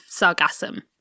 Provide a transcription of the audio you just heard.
sargassum